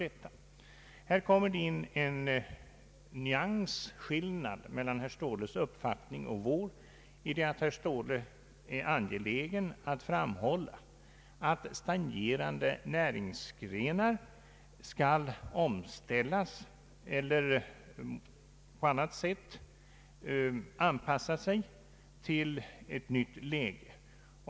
Här kommer in en nyansskillnad mellan herr Ståhles uppfattning och vår i det att herr Ståhle är angelägen om att framhålla att stagnerande näringsgrenar skall omställas eller på annat sätt anpassas till ett nytt läge.